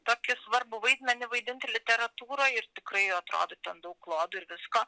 tokį svarbų vaidmenį vaidinti literatūroj ir tikrai atrodo ten daug klodų ir visko